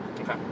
Okay